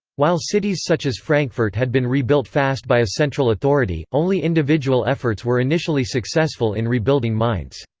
while cities such as frankfurt had been rebuilt fast by a central authority, only individual efforts were initially successful in rebuilding mainz.